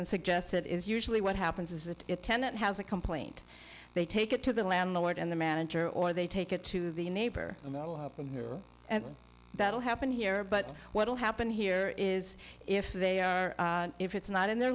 and suggested is usually what happens is that tenant has a complaint they take it to the landlord and the manager or they take it to the neighbor and that will happen here but what will happen here is if they are if it's not in their